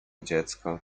dziecko